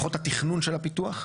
לפחות התכנון של הפיתוח.